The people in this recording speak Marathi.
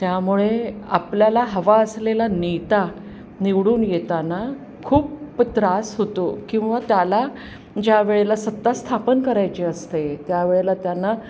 त्यामुळे आपल्याला हवा असलेला नेता निवडून येताना खूप त्रास होतो किंवा त्याला ज्या वेळेला सत्ता स्थापन करायची असते त्यावेळेला त्यांना